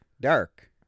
dark